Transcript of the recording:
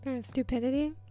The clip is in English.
stupidity